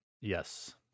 Yes